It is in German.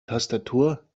tastatur